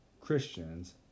Christians